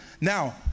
Now